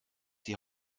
die